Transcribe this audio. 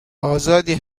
آزادی